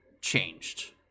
changed